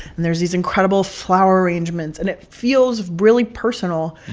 and there's these incredible flower arrangements. and it feels really personal,